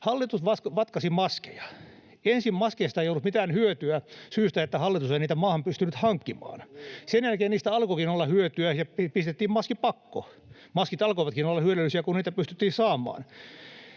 Hallitus vatkasi maskeja. Ensin maskeista ei ollut mitään hyötyä syystä, että hallitus ei niitä maahan pystynyt hankkimaan. Sen jälkeen niistä alkoikin olla hyötyä ja pistettiin maskipakko. Maskit alkoivatkin olla hyödyllisiä, kun niitä pystyttiin saamaan.